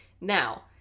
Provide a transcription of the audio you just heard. Now